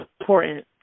important